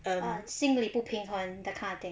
ah 心理不平衡 the kind of thing